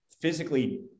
physically